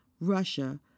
Russia